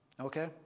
Okay